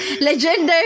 legendary